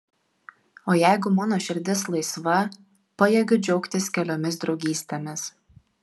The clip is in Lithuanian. o jeigu mano širdis laisva pajėgiu džiaugtis keliomis draugystėmis